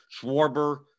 Schwarber